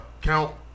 count